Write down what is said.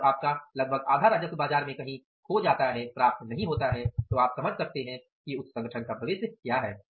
और जब आपका लगभग आधा राजस्व बाजार में कहीं खो जाता है तो आप समझ सकते हैं कि उस संगठन का भविष्य क्या है